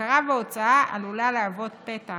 הכרה בהוצאה עלולה להוות פתח